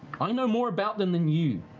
i know more about them than you.